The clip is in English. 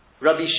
Rabbi